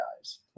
guys